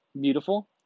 beautiful